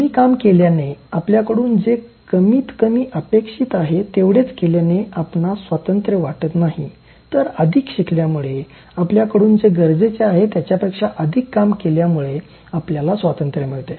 म्हणून कमी काम केल्याने आपल्याकडून जे कमीत कमी अपेक्षित आहे तेवढेच केल्याने आपणास स्वातंत्र्य वाटत नाही तर अधिक शिकल्यामुळे आपल्याकडून जे गरजेचे आहे त्याच्यापेक्षा अधिक काम केल्यामुळे आपल्याला स्वतंत्र मिळते